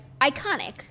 iconic